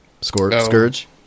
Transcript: Scourge